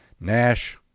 Nash